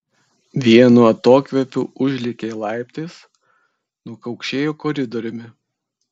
vienu atokvėpiu užlėkė laiptais nukaukšėjo koridoriumi